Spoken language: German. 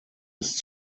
ist